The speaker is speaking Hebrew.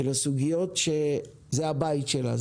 של הסוגיות שזה הבית שלה,